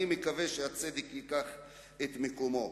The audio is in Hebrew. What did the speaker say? אני מקווה שהצדק ייקח את מקומו.